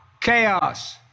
chaos